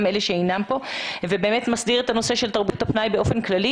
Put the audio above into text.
אלה שאינם כאן ובאמת מסדיר את הנושא של תרבות הפנאי באופן כללי.